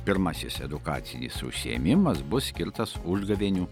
pirmasis edukacinis užsiėmimas bus skirtas užgavėnių